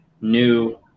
new